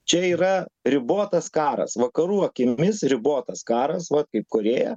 čia yra ribotas karas vakarų akimis ribotas karas vat kaip korėja